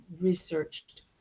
researched